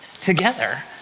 together